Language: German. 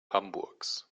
hamburgs